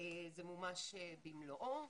זה מומש במלואו.